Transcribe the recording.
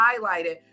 highlighted